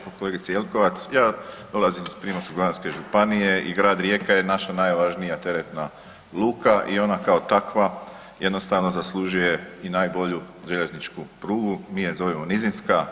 Kolegice Jelkovac, ja dolazim iz Primorsko-goranske županije i grad Rijeka je naša najvažnija teretna luka i ona kao takva, jednostavno zaslužuje i najbolju željezničku prugu, mi je zovemo nizinska.